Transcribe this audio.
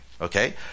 Okay